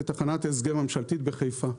ובתחנת הסגר ממשלתית בחיפה,